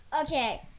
Okay